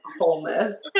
wholeness